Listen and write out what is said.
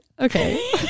okay